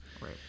Right